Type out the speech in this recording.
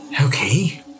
Okay